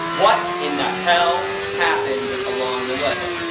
what in the hell happened along the way!